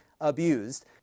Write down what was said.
abused